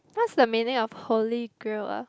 what's the meaning of holy grail ah